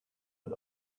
but